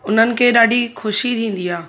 हुननि खे ॾाढी ख़ुशी थींदी आहे